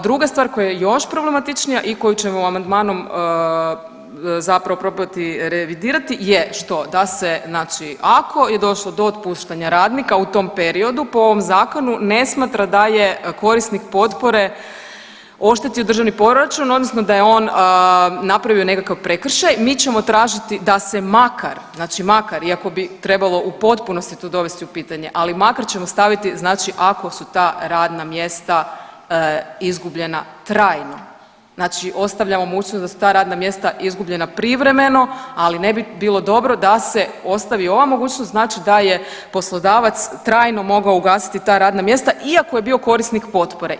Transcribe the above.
Druga stvar koja je još problematičnija i koju ćemo amandmanom zapravo probati revidirati jer što da se znači ako je došlo do otpuštanja radnika u tom periodu po ovom zakonu ne smatra da je korisnik potpore oštetio državni proračun odnosno da je on napravio nekakav prekršaj, mi ćemo tražiti da se makar, znači makar iako bi trebalo u potpunosti to dovesti u pitanje, ali makar ćemo staviti znači ako su ta radna mjesta izgubljena trajno, znači ostavljamo mogućnost da su ta radna mjesta izgubljena privremeno, ali ne bi bilo dobro da se ostavi ova mogućnost znači da je poslodavac trajno mogao ugasiti ta radna mjesta iako je bio korisnik potpore.